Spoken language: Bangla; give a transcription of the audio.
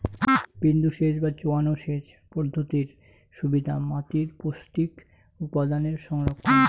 বিন্দুসেচ বা চোঁয়ানো সেচ পদ্ধতির সুবিধা মাতীর পৌষ্টিক উপাদানের সংরক্ষণ